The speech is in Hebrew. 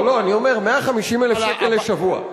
לא, אני אומר, 150,000 שקלים לשבוע.